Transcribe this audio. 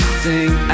sing